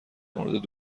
مورد